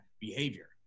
behavior